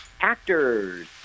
actors